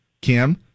Kim